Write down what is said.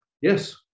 yes